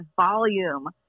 volume